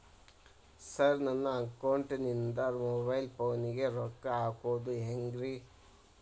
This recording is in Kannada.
ಸರ್ ನನ್ನ ಅಕೌಂಟದಿಂದ ಮೊಬೈಲ್ ಫೋನಿಗೆ ರೊಕ್ಕ ಹಾಕೋದು ಹೆಂಗ್ರಿ?